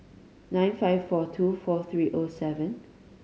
nine five four two four three O seven